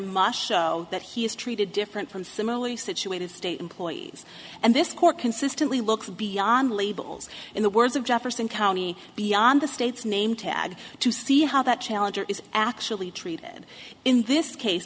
mush that he is treated different from similarly situated state employees and this court consistently looked beyond labels in the words of jefferson county beyond the state's name tag to see how that challenger is actually treated in this case